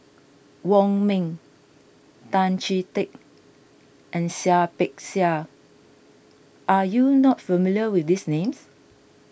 Wong Ming Tan Chee Teck and Seah Peck Seah are you not familiar with these names